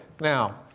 Now